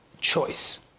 choice